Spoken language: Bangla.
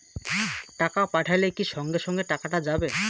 টাকা পাঠাইলে কি সঙ্গে সঙ্গে টাকাটা যাবে?